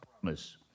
promise